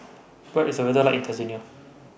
What IS The weather like in Tanzania